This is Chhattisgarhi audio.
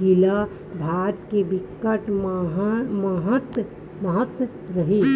गिला भात के बिकट महत्ता रहिथे